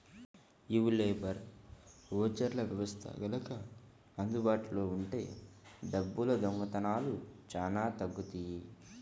యీ లేబర్ ఓచర్ల వ్యవస్థ గనక అందుబాటులో ఉంటే డబ్బుల దొంగతనాలు చానా తగ్గుతియ్యి